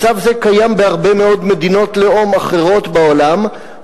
מצב זה קיים בהרבה מאוד מדינות לאום אחרות בעולם,